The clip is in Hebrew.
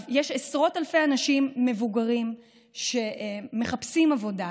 יש עשרות אלפי אנשים מבוגרים שמחפשים עבודה,